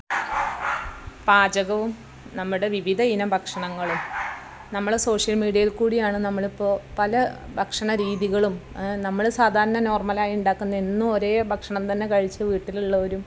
പാചകവും നമ്മുടെ വിവിധ ഇനം ഭക്ഷണങ്ങളും നമ്മളെ സോഷ്യൽ മീഡ്യയിൽക്കൂടിയാണ് നമ്മൾ ഇപ്പോൾ പല ഭക്ഷണ രീതികളും നമ്മൾ സാധാരണ നോർമ്മലായി ഇണ്ടാക്കുന്ന എന്നും ഒരേ ഭക്ഷണം തന്നെ കഴിച്ച് വീട്ടിലുള്ളവരും